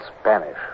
Spanish